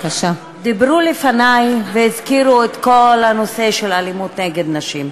דיברו לפני והזכירו את כל הנושא של אלימות נגד נשים.